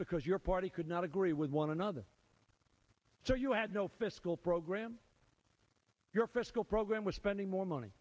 because your party could not agree with one another so you had no fiscal program your fiscal program was spending more money